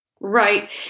right